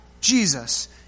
Jesus